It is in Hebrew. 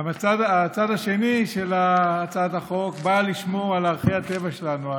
הצד השני של הצעת החוק בא לשמור על ערכי הטבע שלנו.